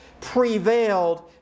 prevailed